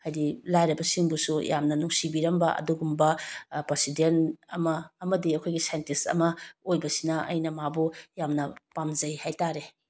ꯍꯥꯏꯗꯤ ꯂꯥꯏꯔꯕꯁꯤꯡꯕꯨꯁꯨ ꯌꯥꯝꯅ ꯅꯨꯡꯁꯤꯕꯤꯔꯝꯕ ꯑꯗꯨꯒꯨꯝꯕ ꯄ꯭ꯔꯁꯤꯗꯦꯟ ꯑꯃ ꯑꯃꯗꯤ ꯑꯩꯈꯣꯏꯒꯤ ꯁꯥꯏꯟꯇꯤꯁ ꯑꯃ ꯑꯣꯏꯕꯁꯤꯅ ꯑꯩꯅ ꯃꯥꯕꯨ ꯌꯥꯝꯅ ꯄꯥꯝꯖꯩ ꯍꯥꯏꯇꯥꯔꯦ